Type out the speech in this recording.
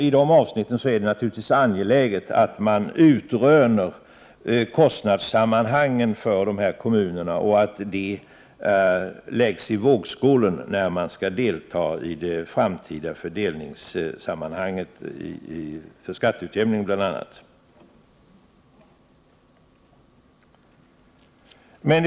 I de avsnitten är det naturligtvis angeläget att man utröner kostnaderna för dessa kommuner och att resultatet av den utredningen läggs med i vågskålen i fördelningssammanhang i framtiden, bl.a. när det gäller skatteutjämningen.